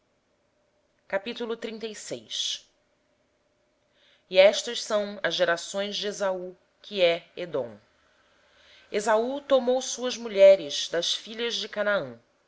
o sepultaram estas são as gerações de esaú este é edom esaú tomou dentre as filhas de canaã